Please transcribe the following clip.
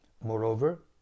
Moreover